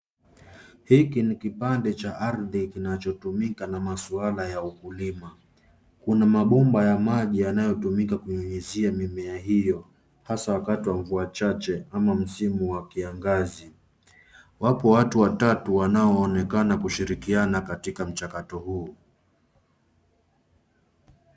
Hiki ni kipande cha ardhi kinachotumika na masuala ya ukulima. Kuna mabomba ya maji yanayotumika kunyunyuzia mimea hiyo haswa wakati wa mvua chache ama msimu wa kiangazi. Wapo watu watatu wanaoonekana kushirikiana katika mchakato huo.